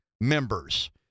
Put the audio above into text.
members